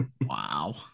Wow